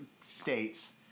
States